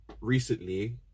recently